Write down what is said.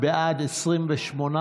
בישיבתה ביום ג' בשבט התשפ"ב,